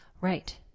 Right